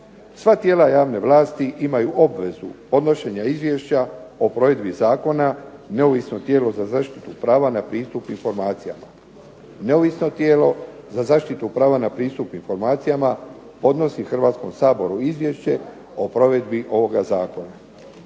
Sva tijela javne vlasti imaju obvezu podnošenja izvješća o provedbi Zakona neovisno o tijelu za zaštitu prava na pristup informacijama. Neovisno tijelo za zaštitu prava na pristup informacijama podnosi Hrvatskom saboru izvješće o provedbi ovog Zakona.